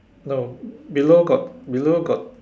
no below got below got